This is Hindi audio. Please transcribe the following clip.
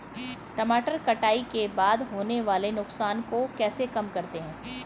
टमाटर कटाई के बाद होने वाले नुकसान को कैसे कम करते हैं?